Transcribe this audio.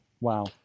Wow